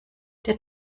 der